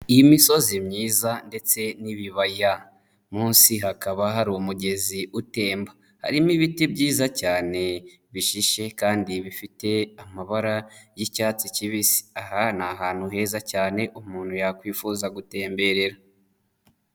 Iyi misozi myiza ndetse n'ibibaya munsi hakaba hari umugezi utemba, harimo ibiti byiza cyane bishishye kandi bifite amabara y'icyatsi kibisi. Aha ni ahantu heza cyane umuntu yakwifuza gutemberera.